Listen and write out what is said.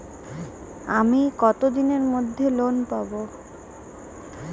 আমি কতদিনের মধ্যে লোন পাব?